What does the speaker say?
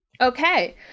Okay